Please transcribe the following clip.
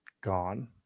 gone